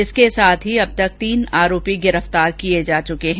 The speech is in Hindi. इसके साथ ही अब तक तीन आरोपी गिरफ्तार किये जा चुके है